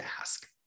ask